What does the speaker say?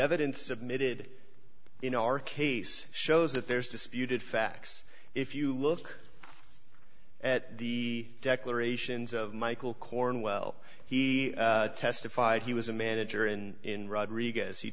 evidence submitted in our case shows that there's disputed facts if you look at the declarations of michael cornwell he testified he was a manager in rodriguez he